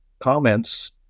comments